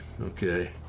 Okay